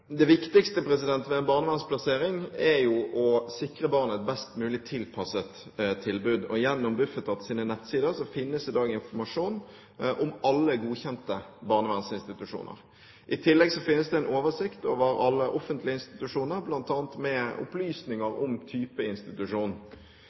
Det viktigste ved en barnevernsplassering er å sikre barnet et best mulig tilpasset tilbud. Gjennom Bufetats nettsider finnes det i dag informasjon om alle godkjente barnevernsinstitusjoner. I tillegg finnes det en oversikt over alle offentlige institusjoner, bl.a. med opplysninger